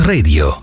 Radio